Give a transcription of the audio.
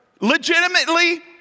legitimately